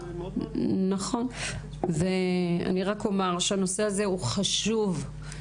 הנושא הזה הוא חשוב.